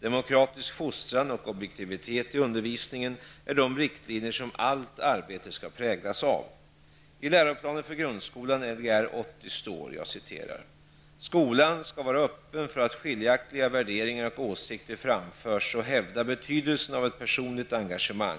Demokratisk fostran och objektivitet i undervisningen är de riktlinjer som allt arbete skall präglas av. I läroplanen för grundskolan, Lgr 80, står: ''Skolan skall vara öppen för att skiljaktiga värderingar och åsikter framförs och hävda betydelsen av ett personligt engagemang.